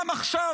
גם עכשיו,